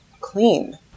clean